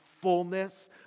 fullness